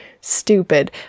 Stupid